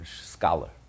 scholar